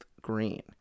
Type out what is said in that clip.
Green